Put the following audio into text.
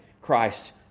Christ